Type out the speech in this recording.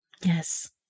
Yes